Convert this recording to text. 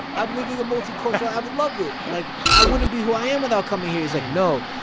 i'm living a multicultural i love it. like, i wouldn't be who i am without coming here. he's like, no.